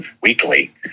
weekly